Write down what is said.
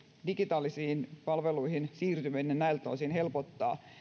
digitaalisiin palveluihin siirtyminen näiltä osin helpottaa